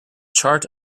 chart